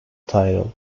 title